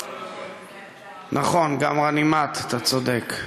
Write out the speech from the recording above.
נכון, גם, אתה צודק.